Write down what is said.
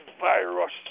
virus